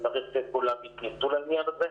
אני מעריך שכולם יתגייסו לעניין הזה.